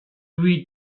huit